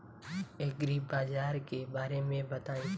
एग्रीबाजार के बारे में बताई?